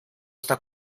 está